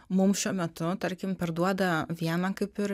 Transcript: mums šiuo metu tarkim perduoda vieną kaip ir